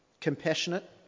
compassionate